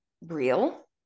real